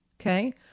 Okay